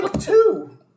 two